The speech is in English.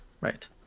Right